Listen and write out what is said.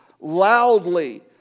loudly